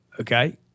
okay